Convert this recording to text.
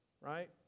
Right